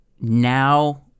now